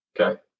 Okay